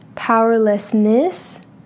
Powerlessness